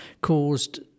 Caused